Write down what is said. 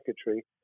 secretary